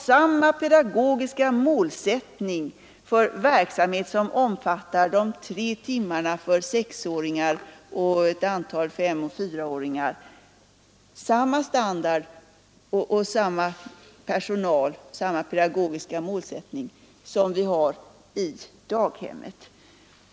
I en verksamhet som omfattar de tre timmarna för sexåringar och ett antal femoch fyraåringar — har vi ju samma standard, samma personal och samma pedagogiska målsättning som vi har för daghemmen.